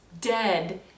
dead